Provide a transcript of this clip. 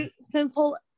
simple